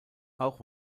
auch